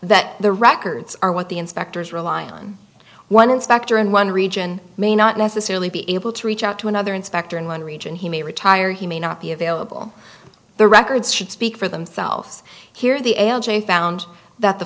that the records are what the inspectors rely on one inspector in one region may not necessarily be able to reach out to another inspector in one region he may retire he may not be available the records should speak for themselves here the a l j found that the